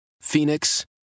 Phoenix